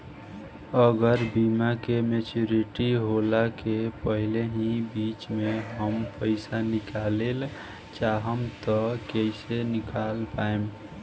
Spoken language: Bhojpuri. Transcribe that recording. अगर बीमा के मेचूरिटि होला के पहिले ही बीच मे हम पईसा निकाले चाहेम त कइसे निकाल पायेम?